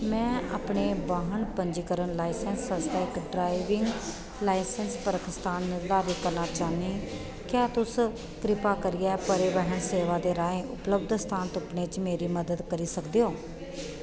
में अपने वाहन पंजीकरण लाइसेंस आस्तै इक ड्राइविंग लाइसेंस परख स्थान निर्धारित करना चाह्न्नीं क्या तुस कृपा करियै परिवहन सेवा दे राहें उपलब्ध स्थान तुप्पने च मेरी मदद करी सकदे ओ